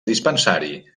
dispensari